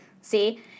See